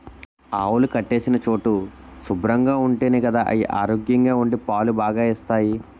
ఆవులు కట్టేసిన చోటు శుభ్రంగా ఉంటేనే గదా అయి ఆరోగ్యంగా ఉండి పాలు బాగా ఇస్తాయి